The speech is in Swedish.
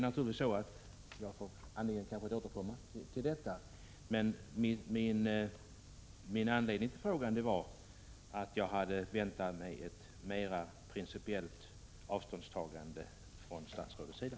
Jag får anledning att återkomma. Jag hade väntat mig ett mera principiellt avståndstagande från statsrådets sida.